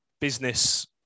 business